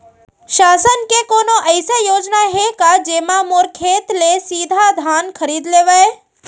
शासन के कोनो अइसे योजना हे का, जेमा मोर खेत ले सीधा धान खरीद लेवय?